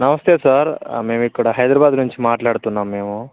నమస్తే సార్ మేము ఇక్కడ హైదరాబాద్ నుంచి మాట్లాడుతున్నాం మేము